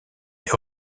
est